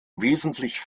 wesentlich